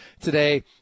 today